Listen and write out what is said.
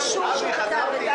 אישור כתוב.